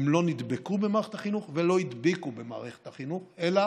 הם לא נדבקו במערכת החינוך ולא הדביקו במערכת החינוך אלא